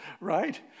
Right